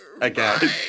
again